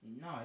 No